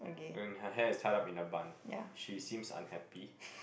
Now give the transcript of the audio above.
and her hair is tied up in a bun she seems unhappy